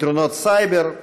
פתרונות סייבר,